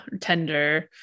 tender